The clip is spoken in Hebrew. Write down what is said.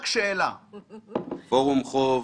"פורום חוב"